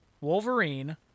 Wolverine